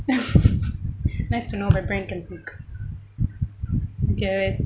nice to know my brain can think okay